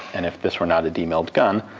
and if this were not a demilled gun,